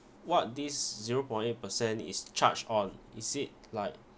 what this zero point eight percent is charged on is it like